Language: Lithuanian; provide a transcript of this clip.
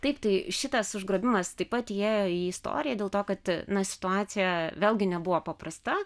taip tai šitas užgrobimas taip pat įėjo į istoriją dėl to kad na situacija vėlgi nebuvo paprasta